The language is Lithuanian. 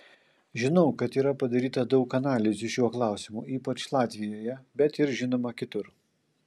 žinau kad yra padaryta daug analizių šiuo klausimu ypač latvijoje bet ir žinoma kitur